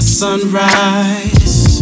sunrise